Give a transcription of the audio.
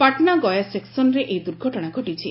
ପାଟନା ଗୟା ସେକ୍କନରେ ଏହି ଦୁର୍ଘଟଣା ଘଟିଛି